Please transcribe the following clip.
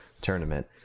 tournament